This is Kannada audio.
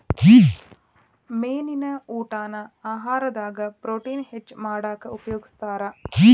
ಮೇನಿನ ಊಟಾನ ಆಹಾರದಾಗ ಪ್ರೊಟೇನ್ ಹೆಚ್ಚ್ ಮಾಡಾಕ ಉಪಯೋಗಸ್ತಾರ